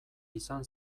izan